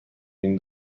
این